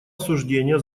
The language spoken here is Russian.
осуждения